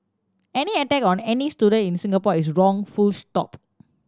any attack on any student in Singapore is wrong full stop